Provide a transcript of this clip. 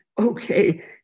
okay